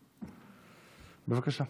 בבקשה.